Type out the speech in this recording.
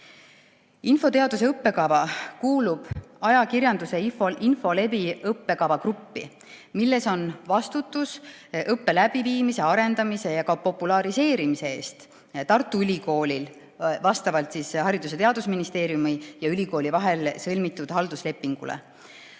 Infoteaduse õppekava kuulub ajakirjanduse ja infolevi õppekavagruppi, mille puhul on vastutus õppe läbiviimise, arendamise ja populariseerimise eest Tartu Ülikoolil vastavalt Haridus- ja Teadusministeeriumi ja ülikooli vahel sõlmitud halduslepingule.